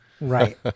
Right